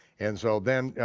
and so then,